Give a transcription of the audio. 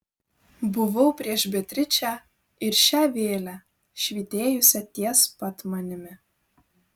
buvau prieš beatričę ir šią vėlę švytėjusią ties pat manimi